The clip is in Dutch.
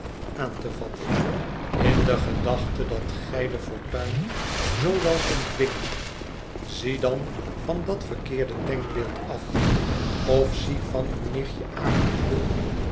aan te vatten in de gedachte dat gij de fortuin zoo wel zult dwingen zie dan van dat verkeerde denkbeeld af of zie van uw nichtje ada af